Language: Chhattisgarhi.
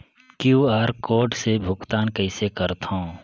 क्यू.आर कोड से भुगतान कइसे करथव?